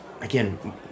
again